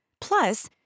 Plus